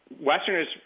Westerners